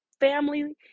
family